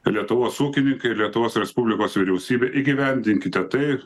lietuvos ūkininkai lietuvos respublikos vyriausybė įgyvendinkite tai